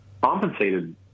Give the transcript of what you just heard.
compensated